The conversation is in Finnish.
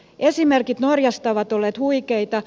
esimerkit norjasta ovat olleet huikeita